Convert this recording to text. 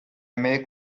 make